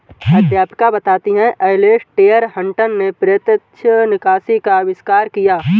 अध्यापिका बताती हैं एलेसटेयर हटंन ने प्रत्यक्ष निकासी का अविष्कार किया